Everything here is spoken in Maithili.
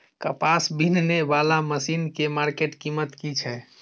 कपास बीनने वाला मसीन के मार्केट कीमत की छै?